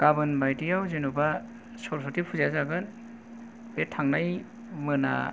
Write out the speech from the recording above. गाबोन बायदियाव जेनबा सरसथि फुजाया जागोन बे थांनाय मोना